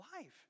life